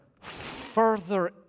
further